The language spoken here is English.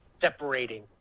separating